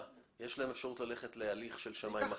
יש להם אפשרות ללכת להליך של שמאי מכריע.